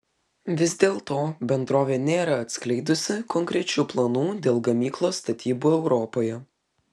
vis dėlto bendrovė nėra atskleidusi konkrečių planų dėl gamyklos statybų europoje